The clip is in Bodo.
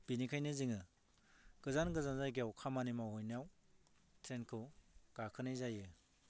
बेनिखायनो जोङो गोजान गोजान जायगायाव खामानि मावहैनायाव ट्रेनखौ गाखोनाय जायो